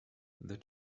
the